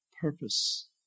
purpose